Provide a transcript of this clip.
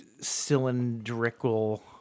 cylindrical